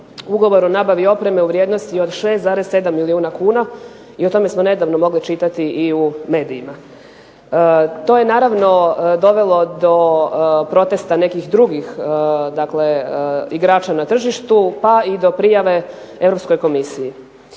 ugovor o nabavi opreme u vrijednosti od 6,7 milijuna kuna i o tome smo nedavno mogli čitati i u medijima. To je naravno dovelo do protesta nekih drugih igrača na tržištu pa i do prijave Europskoj komisiji.